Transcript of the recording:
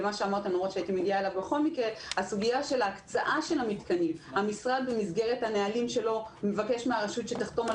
של הקצאת המתקנים המשרד מבקש במסגרת הנהלים שלו מהרשות שתחתום על